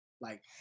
Like-